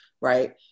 right